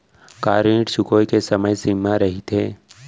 का ऋण चुकोय के समय सीमा रहिथे?